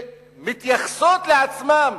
שמתייחסות לעצמן,